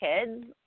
kids